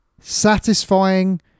satisfying